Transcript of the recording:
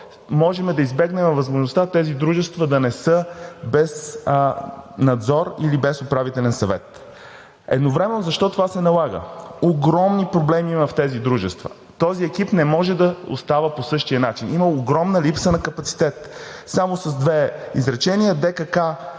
можем да избегнем възможността тези дружества да не са без Надзор или без Управителен съвет. Защо това се налага? Огромни проблеми има в тези дружества. Този екип не може да остава по същия начин. Има огромна липса на капацитет. Само с две изречения – ДКК,